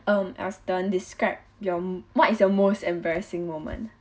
um aston describe your what is your most embarrassing moment